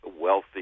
wealthy